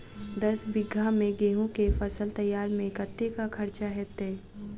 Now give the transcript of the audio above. दस बीघा मे गेंहूँ केँ फसल तैयार मे कतेक खर्चा हेतइ?